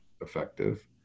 effective